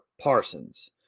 Parsons